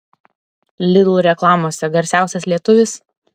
lidl reklamose garsiausias lietuvis